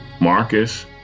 Marcus